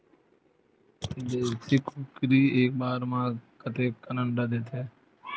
देशी कुकरी एक बार म कतेकन अंडा देत होही?